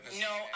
No